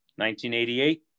1988